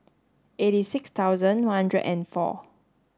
eighty six thousand one hundred and four